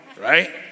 right